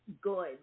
good